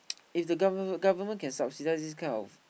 if the government government can subsidize this kind of